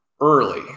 early